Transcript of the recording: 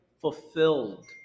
fulfilled